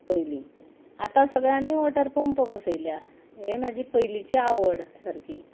पयलीं आतां सगळ्यांनी वॉटर पंप बसयल्या हें म्हजी पयलींची आवड सारकी